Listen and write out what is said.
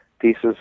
pieces